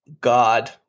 God